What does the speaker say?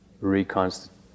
reconstitute